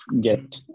get